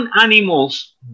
animals